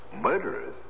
Murderers